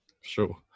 Sure